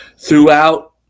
throughout